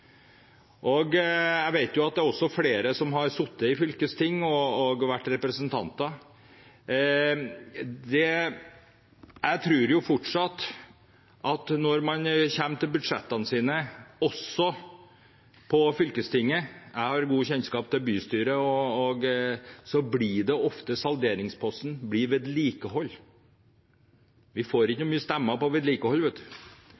veieiere. Jeg vet at det også er flere her som har sittet og vært representanter i fylkesting. Jeg tror at når man kommer til budsjettene sine, også på fylkestinget, og jeg har god kjennskap til bystyret også, blir vedlikehold ofte salderingsposten. Man får ikke mange stemmer på vedlikehold.